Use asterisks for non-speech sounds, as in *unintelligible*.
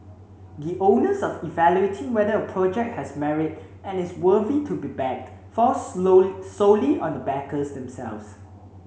the onus of evaluating whether a project has merit and is worthy to be backed falls *unintelligible* solely on the backers themselves